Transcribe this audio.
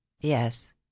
yes